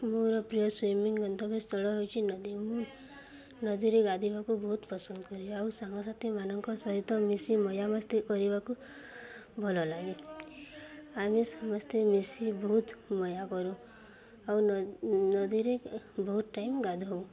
ମୋର ପ୍ରିୟ ସୁଇମିଂ ଗନ୍ତବ୍ୟ ସ୍ଥଳ ହେଉଛି ନଦୀ ମୁଁ ନଦୀରେ ଗାଧୋଇବାକୁ ବହୁତ ପସନ୍ଦ କରେ ଆଉ ସାଙ୍ଗସାଥିମାନଙ୍କ ସହିତ ମିଶି ମଜାମସ୍ତି କରିବାକୁ ଭଲଲାଗେ ଆମେ ସମସ୍ତେ ମିଶି ବହୁତ ମଜା କରୁ ଆଉ ନଦୀରେ ବହୁତ ଟାଇମ୍ ଗାଧାଉ